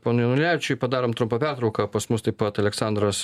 ponui janulevičiui padarom trumpą pertrauką pas mus taip pat aleksandras